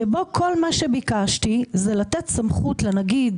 שבו כל מה שביקשתי זה לתת סמכות לנגיד